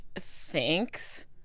Thanks